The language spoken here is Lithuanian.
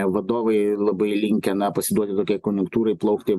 vadovai labai linkę na pasiduoti tokiai konjunktūrai plaukti